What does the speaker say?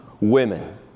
women